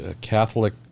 catholic